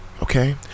Okay